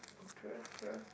mm true true